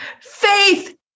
Faith